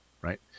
right